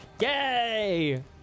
Yay